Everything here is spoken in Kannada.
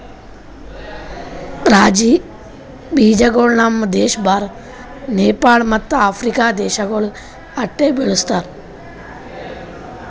ರಾಗಿ ಬೀಜಗೊಳ್ ನಮ್ ದೇಶ ಭಾರತ, ನೇಪಾಳ ಮತ್ತ ಆಫ್ರಿಕಾ ದೇಶಗೊಳ್ದಾಗ್ ಅಷ್ಟೆ ಬೆಳುಸ್ತಾರ್